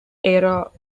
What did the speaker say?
era